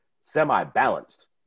semi-balanced